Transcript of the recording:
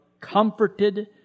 comforted